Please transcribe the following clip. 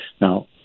Now